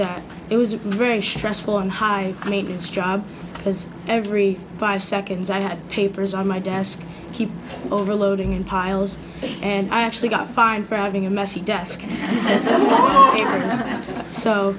that it was a very stressful and high maintenance job because every five seconds i had papers on my desk keep overloading in piles and i actually got fined for having a messy desk a